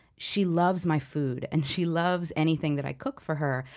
she loves my food and she loves anything that i cook for her.